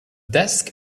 desk